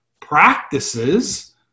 practices